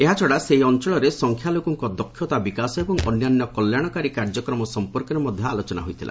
ଏହାଛଡ଼ା ସେହି ଅଞ୍ଚଳରେ ସଂଖ୍ୟାଲଘୁଙ୍କ ଦକ୍ଷତା ବିକାଶ ଏବଂ ଅନ୍ୟାନ୍ୟ କଲ୍ୟାଣକାର କାର୍ଯ୍ୟକ୍ରମ ସଂପର୍କରେ ମଧ୍ୟ ଆଲୋଚନା ହୋଇଥିଲା